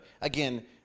again